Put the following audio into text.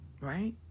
right